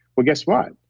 well, guess what?